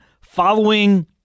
following